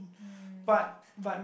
um yup